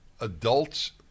adults